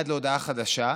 עד להודעה חדשה,